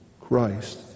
Christ